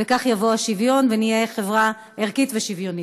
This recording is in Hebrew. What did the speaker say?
וכך יבוא השוויון ונהיה חברה ערכית ושוויונית.